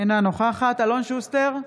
אינה נוכחת אלון שוסטר,